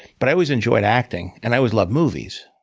but i always enjoyed acting, and i always loved movies.